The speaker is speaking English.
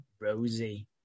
Rosie